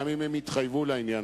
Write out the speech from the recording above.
גם אם הם יתחייבו לזה,